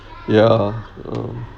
ya mm